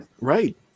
Right